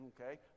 okay